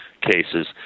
cases